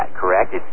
correct